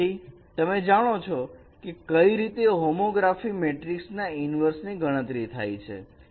તેથી તમે જાણો છો કે કઈ રીતે હોમોગ્રાફી મેટ્રિકસ ના ઈનવર્ષ ની ગણતરી થાય છે